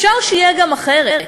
אפשר שיהיה גם אחרת.